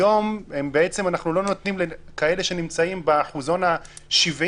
היום אנחנו לא נותנים לאלה שנמצאים באחוזון ה-70